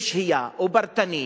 ושהייה או פרטני,